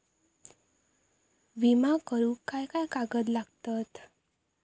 विमा करुक काय काय कागद लागतत?